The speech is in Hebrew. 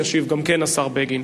גם כן השר בגין.